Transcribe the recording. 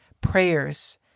prayers